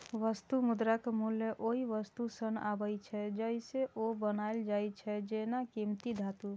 वस्तु मुद्राक मूल्य ओइ वस्तु सं आबै छै, जइसे ओ बनायल जाइ छै, जेना कीमती धातु